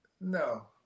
no